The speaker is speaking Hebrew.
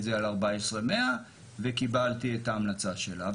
זה על 14,100 וקיבלתי את ההמלצה שלה.